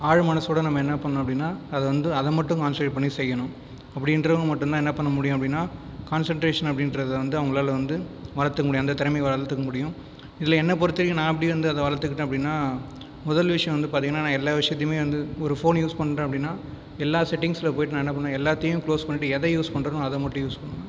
ஆழ் மனதோட நம்ம என்ன பண்ணணும் அப்படின்னா அதை வந்து அதை மட்டும் கான்சென்ட்ரேட் பண்ணி செய்யணும் அப்படின்றவங்க மட்டும் தான் என்ன பண்ண முடியும் அப்படின்னா கான்சென்ட்ரேஷன் அப்படின்றத வந்து அவர்களால வந்து வளர்த்துக்க முடியும் அந்த திறமையும் வளர்த்துக்கு முடியும் இதில் என்னை பொறுத்த வரைக்கும் நான் எப்படி வந்து அதை வளர்த்துக்கிட்டேன் அப்படின்னா முதல் விஷயம் வந்து பார்த்தீங்கன்னா நான் எல்லா விஷயத்தையுமே வந்து ஒரு ஃபோன் யூஸ் பண்ணுறேன் அப்படின்னா எல்லா செட்டிங்ஸ்சில் போய்விட்டு நான் என்ன பண்ணுவேன் எல்லாத்தையும் க்ளோஸ் பண்ணிவிட்டு எதை யூஸ் பண்ணுறேனோ அதை மட்டும் யூஸ் பண்ணுவேன்